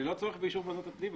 ללא צורך באישור ועדת הפנים.